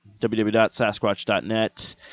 www.sasquatch.net